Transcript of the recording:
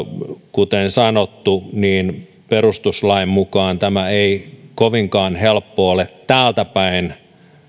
kuten sanottu perustuslain mukaan tätä ei kovinkaan helppoa ole täältäpäin